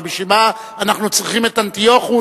אבל בשביל מה אנחנו צריכים את אנטיוכוס?